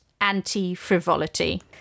anti-frivolity